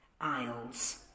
Isles